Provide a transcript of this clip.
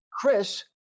Chris